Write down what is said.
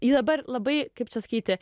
ji dabar labai kaip čia sakyti